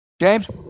James